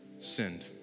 sinned